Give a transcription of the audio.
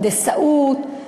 הנדסאות,